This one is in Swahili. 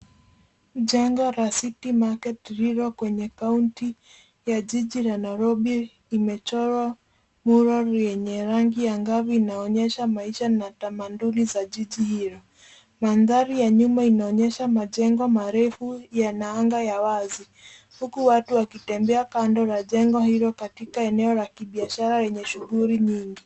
Jengo la city market lililo kwenye kaunti ya jiji la nairobi imechorwa mural yenye rangi angavu inaonyesha maisha na tamaduni za jiji hilo. Mandhari ya nyuma inaonyesha majengo marefu yana anga ya wazi huku watu wakitembea kando la jengo hilo katika eneo la kibiashara lenye shughuli nyingi.